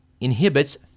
inhibits